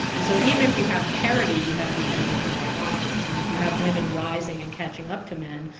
and so, even if you have parity, you have the end of male dominance. i mean, if you have women rising and catching up to men,